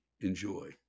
enjoy